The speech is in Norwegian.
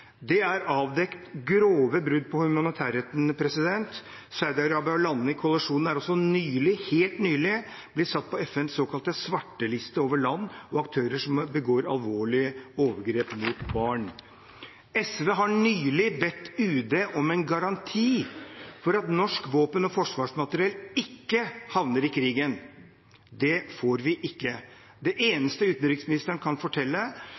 Det er avdekt grove brudd på humanitærretten. Saudi-Arabia og landene i koalisjonen er også helt nylig blitt satt på FNs såkalte svarteliste over land og aktører som begår alvorlige overgrep mot barn. SV har nylig bedt UD om en garanti for at norske våpen og forsvarsmateriell ikke havner i krigen. Det får vi ikke. Det eneste utenriksministeren kan fortelle,